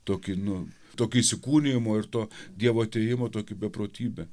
tokį nu tokį įsikūnijimo ir to dievo atėjimo tokį beprotybę